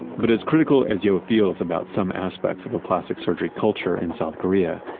but as critical as yeo feels about some aspects of the plastic surgery culture in south korea,